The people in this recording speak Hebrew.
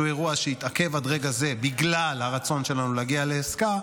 שהוא אירוע שהתעכב עד רגע זה בגלל הרצון שלנו להגיע לעסקה,